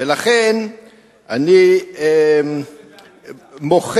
ולכן אני מוחה"